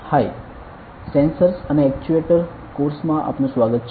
હાય sensors અને actuator course માં આપનું સ્વાગત છે